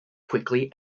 quickly